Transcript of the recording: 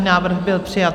Návrh byl přijat.